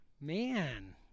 Man